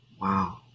wow